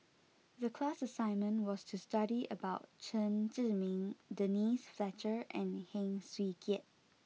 the class assignment was to study about Chen Zhiming Denise Fletcher and Heng Swee Keat